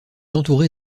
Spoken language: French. entourée